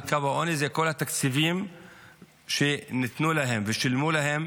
קו העוני זה כל התקציבים שניתנו להם ושילמו להם